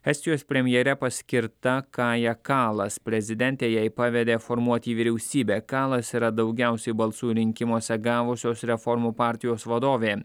estijos premjere paskirta kaja kalas prezidentė jai pavedė formuoti vyriausybę kalas yra daugiausiai balsų rinkimuose gavusios reformų partijos vadovė